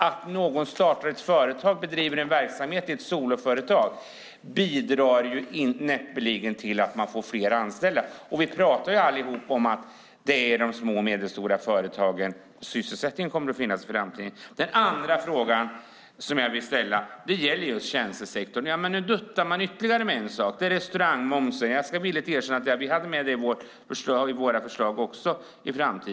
Att någon startar ett företag och bedriver verksamhet i ett soloföretag bidrar ju knappast till att det blir fler anställda. Vi pratar om att det är i de små och medelstora företagen som sysselsättningen kommer att finnas i framtiden. Min andra fråga gäller tjänstesektorn. Nu duttar ni med en sak till, nämligen restaurangmomsen. Jag ska villigt erkänna att vi hade med den i våra förslag också.